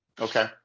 Okay